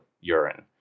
urine